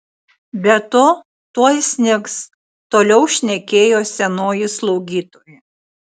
be to tuoj snigs toliau šnekėjo senoji slaugytoja